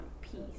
peace